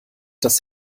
das